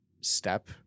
step